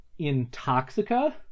Intoxica